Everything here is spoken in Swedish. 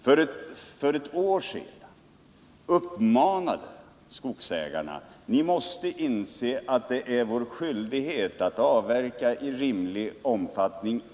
för ett år sedan uppmanade skogsägarna att inse sin skyldighet att avverka skog i rimlig omfattning.